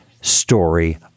story